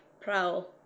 Prowl